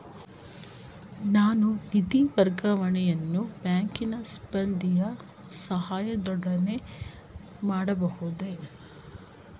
ನಾನು ನಿಧಿ ವರ್ಗಾವಣೆಯನ್ನು ಬ್ಯಾಂಕಿನ ಸಿಬ್ಬಂದಿಯ ಸಹಾಯದೊಡನೆ ಮಾಡಬಹುದೇ?